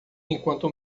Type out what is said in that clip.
enquanto